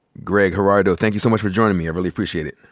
greg, gerardo, thank you so much for joining me. i really appreciate it.